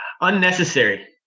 Unnecessary